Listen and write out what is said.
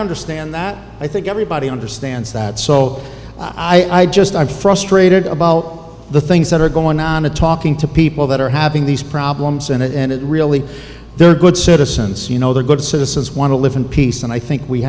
understand that i think everybody understands that so i just i'm frustrated about the things that are going on and talking to people that are having these problems and it really they're good citizens you know the good citizens want to live in peace and i think we